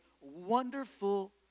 wonderful